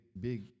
big